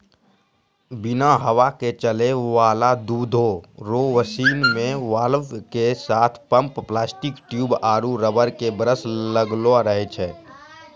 बिना हवा के चलै वाला दुधो रो मशीन मे वाल्व के साथ पम्प प्लास्टिक ट्यूब आरु रबर के ब्रस लगलो रहै छै